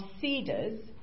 cedars